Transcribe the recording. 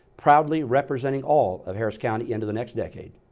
proudly representing all of harris county into the next decade.